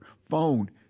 phone